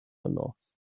loss